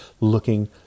looking